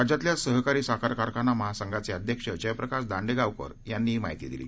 राज्यातल्या सहकारी साखर कारखाना महासंघाचव्रिध्यक्ष जयप्रकाश दांड्यप्रिकर यांनी ही माहिती दिली